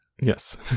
Yes